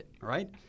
right